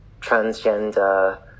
transgender